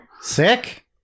Sick